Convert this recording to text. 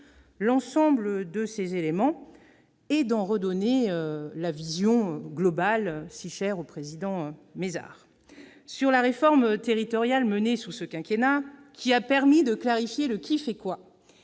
l'ensemble de ces éléments et de redonner cette vision globale si chère au président Mézard. La réforme territoriale menée sous ce quinquennat, qui a permis de clarifier le « qui fait quoi